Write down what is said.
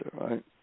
right